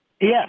Yes